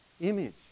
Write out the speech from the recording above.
image